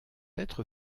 être